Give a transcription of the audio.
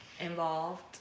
involved